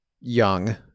young